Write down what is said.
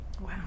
wow